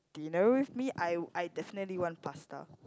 dinner with me I'll I definitely want pasta